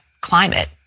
climate